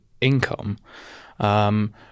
income